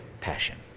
passion